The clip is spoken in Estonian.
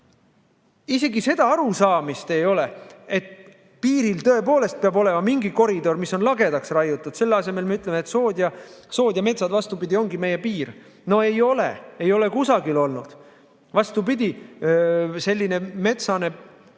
Isegi seda arusaamist ei ole, et piiril tõepoolest peab olema mingi koridor, mis on lagedaks raiutud. Selle asemel me ütleme, et sood ja metsad ongi meie piir. No ei ole! Ei ole kusagil olnud! Vastupidi, selline metsane